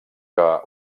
que